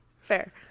Fair